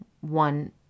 one